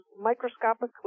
microscopically